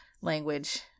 language